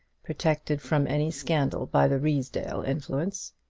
protected from any scandal by the ruysdale influence.